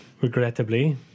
regrettably